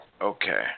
Okay